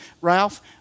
Ralph